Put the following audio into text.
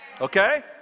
Okay